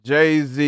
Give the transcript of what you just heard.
Jay-Z